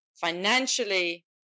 financially